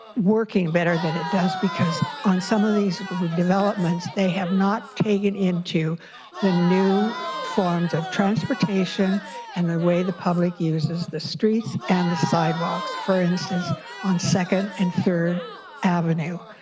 working better than it does, because on some of these developments, they have not taken into the new forms of transportation and the way the public uses the streets and sidewalks, for instance on second and third avenue,